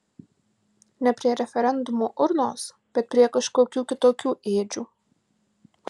ne prie referendumo urnos bet prie kažkokių kitokių ėdžių